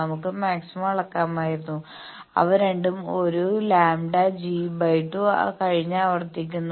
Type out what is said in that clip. നമുക്ക് മാക്സിമ അളക്കാമായിരുന്നു അവ രണ്ടും ഒരു λg2 കഴിഞ്ഞ് ആവർത്തിക്കുന്നു